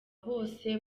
bose